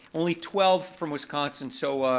only twelve from wisconsin, so,